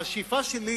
השאיפה שלי,